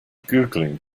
googling